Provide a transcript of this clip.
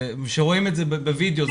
ורואים את זה בווידאו,